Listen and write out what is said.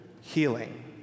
healing